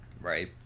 right